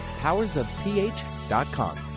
powersofph.com